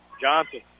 Johnson